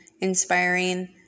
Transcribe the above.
inspiring